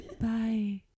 Bye